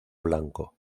blanco